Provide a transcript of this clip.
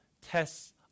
tests